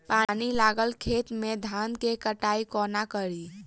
पानि लागल खेत मे धान केँ कटाई कोना कड़ी?